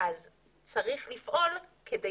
צריך לפעול כדי